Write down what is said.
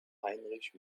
heinrich